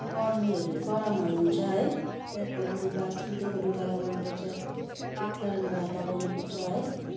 गर्मीहरू गरमहरू हुन्छ है त्यहाँको लुगा सुतीको लुगा लगाउनु पर्छ पातला लुगाहरू लगाउनु पर्छ है